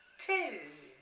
two